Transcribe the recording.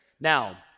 Now